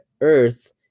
Earth